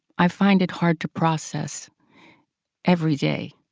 i find it hard to process every day.